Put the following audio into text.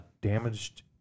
Damaged